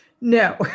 No